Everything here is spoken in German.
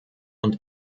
und